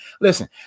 Listen